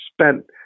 spent